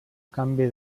canvi